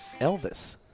Elvis